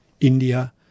India